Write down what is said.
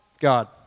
God